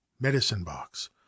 medicine-box